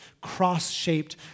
cross-shaped